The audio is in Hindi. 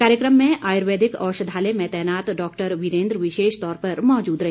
कार्यक्रम में आयुर्वेदिक औषधालय में तैनात डॉक्टर वीरेन्द्र विशेष तौर पर मौजूद रहे